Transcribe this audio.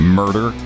murder